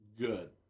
Good